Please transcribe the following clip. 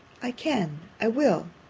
i can. i will.